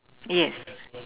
yes